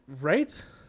right